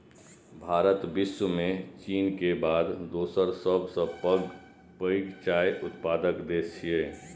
भारत विश्व मे चीन के बाद दोसर सबसं पैघ चाय उत्पादक देश छियै